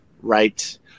Right